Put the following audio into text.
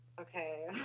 okay